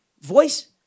voice